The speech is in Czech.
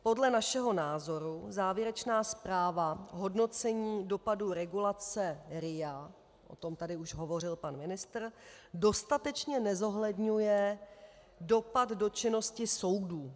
Podle našeho názoru závěrečná zpráva z hodnocení dopadů regulace RIA, o tom tady už hovořil pan ministr, dostatečně nezohledňuje dopad do činnosti soudů.